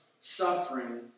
suffering